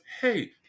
hey